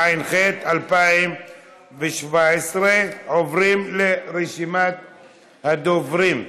התשע"ח 2017. עוברים לרשימת הדוברים.